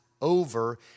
over